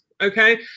Okay